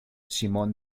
simón